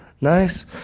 nice